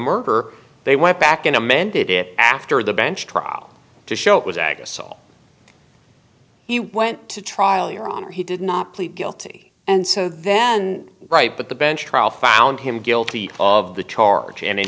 murder they went back in amended it after the bench trial to show it was agast so he went to trial your honor he did not plead guilty and so then right but the bench trial found him guilty of the charge and in